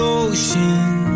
ocean